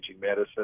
Medicine